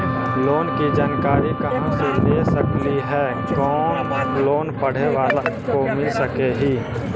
Loan की जानकारी कहा से ले सकली ही, कोन लोन पढ़े बाला को मिल सके ही?